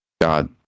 god